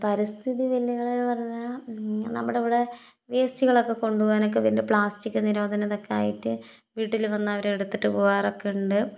പരിസ്ഥിതി വെല്ലുവിളി എന്ന് പറഞ്ഞാൽ നമ്മുടെ ഇവിടെ വേസ്റ്റുകള് ഒക്കെ കൊണ്ടുപോകാന് ഒക്കെ വേണ്ടി പ്ലാസ്റ്റിക് നിരോധനം ഇതൊക്കെയായിട്ട് വീട്ടിൽ വന്നു അവർ എടുത്തിട്ടു പോകാറൊക്കെ ഉണ്ട്